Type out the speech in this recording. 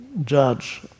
judge